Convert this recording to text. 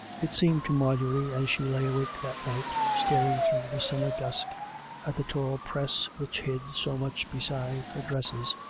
it seemed to marjorie, as she lay awake that night, staring through the summer dusk at the tall press which hid so much beside her dresses,